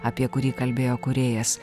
apie kurį kalbėjo kūrėjas